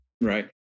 Right